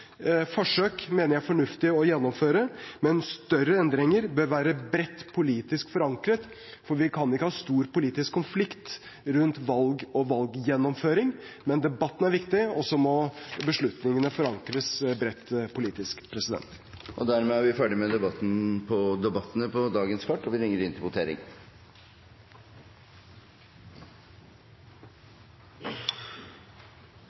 Forsøk mener jeg er fornuftig å gjennomføre, men større endringer bør være bredt politisk forankret – vi kan ikke ha stor politisk konflikt rundt valg og valggjennomføring. Men debatten er viktig, og så må beslutningene forankres bredt politisk. Debatten i sak nr. 2 er dermed avsluttet. Stortinget er